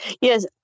Yes